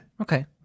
Okay